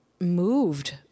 moved